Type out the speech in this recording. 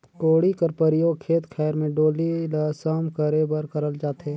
कोड़ी कर परियोग खेत खाएर मे डोली ल सम करे बर करल जाथे